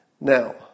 Now